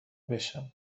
بشم